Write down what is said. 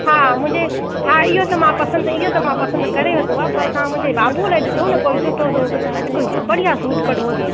हा मुंहिंजे हा इहो त मां पसंदि इहो त मां पसंदि करे वरितो पर तव्हां मुंहिंजे बाबू लाइ ॾिसो न कोई सुठो सो हिकु बढ़िया सूट कढोसि